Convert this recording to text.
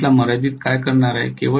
current ला मर्यादित काय करणार आहे